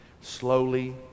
slowly